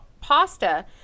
pasta